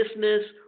business